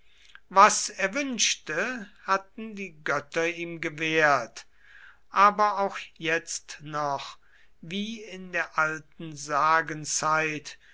was er wünschte hatten die götter ihm gewährt aber auch jetzt noch wie in der alten sagenzeit